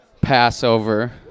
Passover